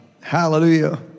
Hallelujah